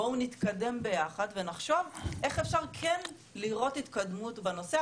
בואו נתקדם ביחד ונחשוב איך כן אפשר לראות התקדמות בנושא,